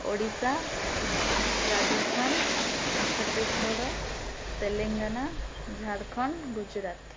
Odisha Rajasthan Chhattisgarh Telangana Jharkhand Gujarat